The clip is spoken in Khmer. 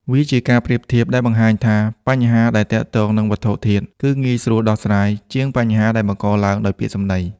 វាជាការប្រៀបធៀបដែលបង្ហាញថា បញ្ហាដែលទាក់ទងនឹងវត្ថុធាតុ គឺងាយស្រួលដោះស្រាយជាងបញ្ហាដែលបង្កឡើងដោយពាក្យសម្ដី។